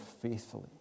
faithfully